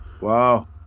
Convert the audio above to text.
Wow